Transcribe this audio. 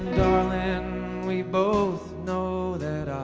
darling and we both know that